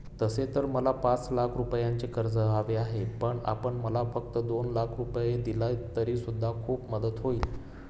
तसे तर मला पाच लाख रुपयांचे कर्ज हवे आहे, पण आपण मला फक्त दोन लाख रुपये दिलेत तरी सुद्धा खूप मदत होईल